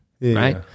Right